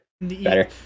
Better